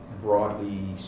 broadly